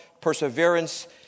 perseverance